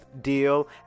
deal